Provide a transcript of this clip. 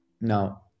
Now